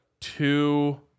two